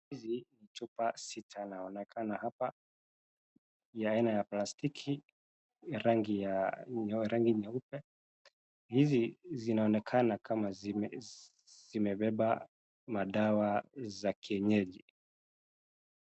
Hizi ni chupa sita naonekana hapa, ni ya aina ya plastiki, ni rangi nyeupe. Hizi zinaonekana kama zimebeba madawa za kienyeji.